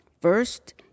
First